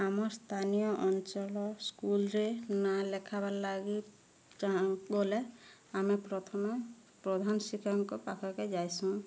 ଆମ ସ୍ଥାନୀୟ ଅଞ୍ଚଲ ସ୍କୁଲରେ ନାଁ ଲେଖାବାର୍ ଲାଗି ଗଲେ ଆମେ ପ୍ରଥମେ ପ୍ରଧାନ ଶିକ୍ଷକଙ୍କ ପାଖକେ ଯାଏଁସୁ